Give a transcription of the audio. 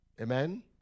Amen